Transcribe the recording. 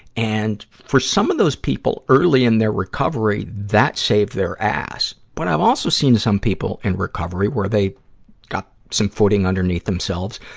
and, for some of those people early in their recovery, that saved their ass. but i've also seen some people in recovery where they got some footing underneath themselves,